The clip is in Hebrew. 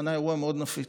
מנע אירוע מאוד נפיץ.